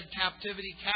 captivity